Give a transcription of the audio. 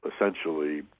essentially